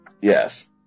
Yes